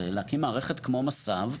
להקים מערכת כמו מסב,